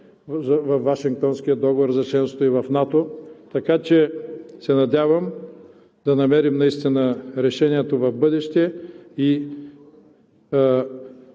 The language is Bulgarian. Вашингтонския договор за членството ѝ в НАТО. Така че се надявам да намерим наистина решението в бъдеще.